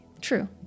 True